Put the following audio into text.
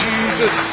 Jesus